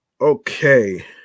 Okay